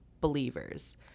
believers